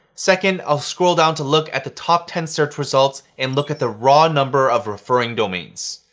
second, i'll scroll down to look at the top ten search results and look at the raw number of referring domains.